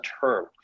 term